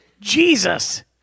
Jesus